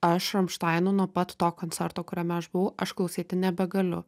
aš ramštainų nuo pat to koncerto kuriame aš buvau aš klausyti nebegaliu